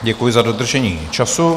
Děkuji za dodržení času.